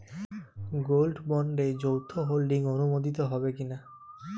Gold বন্ডে যৌথ holding অনুমোদিত হবে কিনা?